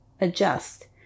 adjust